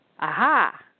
Aha